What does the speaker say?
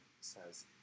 says